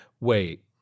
Wait